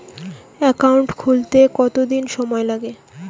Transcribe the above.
Account খুলতে কতদিন সময় লাগে?